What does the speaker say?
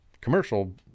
commercial